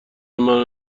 منو